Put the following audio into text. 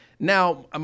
Now